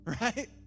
Right